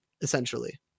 essentially